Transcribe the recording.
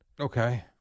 Okay